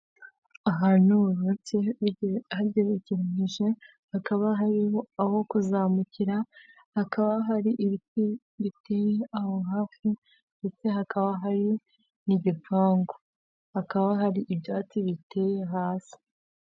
Ahantu hubatse hagekereranyije hakaba hari aho kuzamukira hakaba hari ibiti biteye aho hafi ndetse hakaba hari n'igipangu hakaba hari ibyatsi biteye hasi.